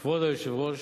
כבוד היושב-ראש,